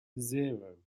zero